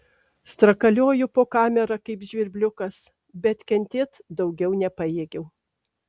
strakalioju po kamerą kaip žvirbliukas bet kentėt daugiau nepajėgiau